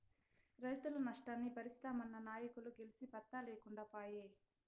రైతుల నష్టాన్ని బరిస్తామన్న నాయకులు గెలిసి పత్తా లేకుండా పాయే